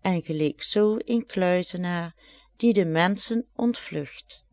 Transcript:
en geleek zoo een kluizenaar die de menschen ontvlugt